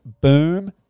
boom